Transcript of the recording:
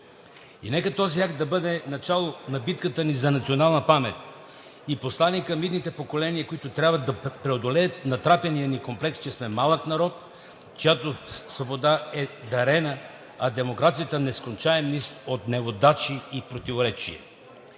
И нека този акт да бъде начало на битката ни за национална памет и послание към идните поколения, които трябва да преодолеят натрапения ни комплекс, че сме малък народ, чиято свобода е дарена, а демокрацията – нескончаем низ от неудачи и противоречия.